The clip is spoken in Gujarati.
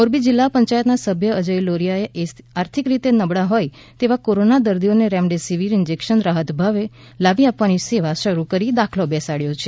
મોરબી જિલ્લા પંચાયતના સભ્ય અજય લોરીયા એ આર્થિક રીતે નબળા હોય તેવા કોરોના દર્દીઓને રેમડેસીવીર ઈંજેકશન રાહત ભાવે લાવી આપવાની સેવા શરૂ કરી દાખલો બેસાડયો છે